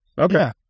okay